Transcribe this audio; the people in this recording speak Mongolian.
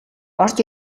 орж